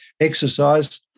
exercise